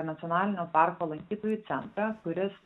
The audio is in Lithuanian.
nacionalinio parko lankytojų centrą kuris